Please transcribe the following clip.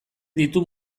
ditu